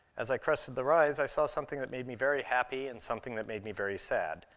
as i crested the rise, i saw something that made me very happy and something that made me very sad.